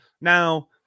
Now